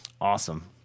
awesome